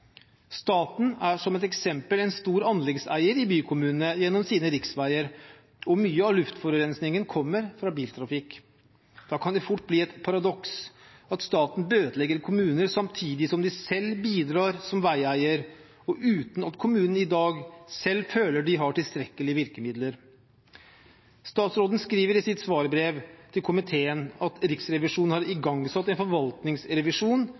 Staten er, som et eksempel, en stor anleggseier i bykommunene gjennom sine riksveier, og mye av luftforurensningen kommer fra biltrafikk. Da kan det fort bli et paradoks at staten bøtelegger kommuner samtidig som den selv bidrar som veieier, og uten at kommunene i dag selv føler de har tilstrekkelige virkemidler. Statsråden skriver i sitt svarbrev til komiteen at Riksrevisjonen har igangsatt en forvaltningsrevisjon